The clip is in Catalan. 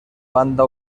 banda